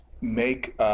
make